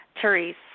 Therese